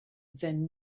then